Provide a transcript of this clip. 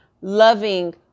loving